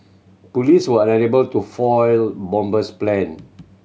police were unable to foil bomber's plan